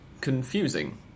confusing